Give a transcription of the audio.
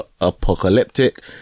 apocalyptic